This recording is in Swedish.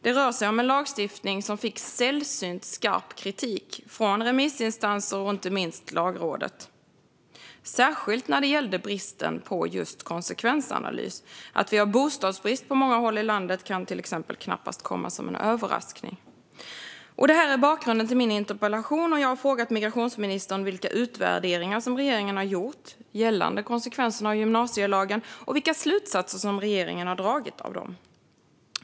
Det rör sig om en lagstiftning som fick sällsynt skarp kritik från remissinstanser och inte minst från Lagrådet, särskilt när det gällde just bristen på konsekvensanalys. Att vi har bostadsbrist på många håll i landet kan till exempel knappast komma som någon överraskning. Detta är bakgrunden till min interpellation, och jag har frågat migrationsministern vilka utvärderingar regeringen har gjort gällande konsekvenserna av gymnasielagen och vilka slutsatser regeringen har dragit av dem.